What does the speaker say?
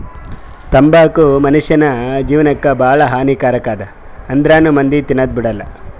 ತಂಬಾಕು ಮುನುಷ್ಯನ್ ಜೇವನಕ್ ಭಾಳ ಹಾನಿ ಕಾರಕ್ ಅದಾ ಆಂದ್ರುನೂ ಮಂದಿ ತಿನದ್ ಬಿಡಲ್ಲ